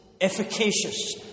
efficacious